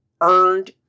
Earned